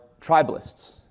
tribalists